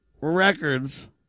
records